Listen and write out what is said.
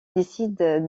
décide